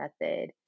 Method